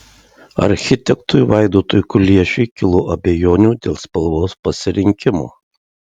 architektui vaidotui kuliešiui kilo abejonių dėl spalvos pasirinkimo